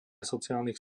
sociálnych